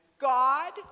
God